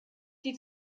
die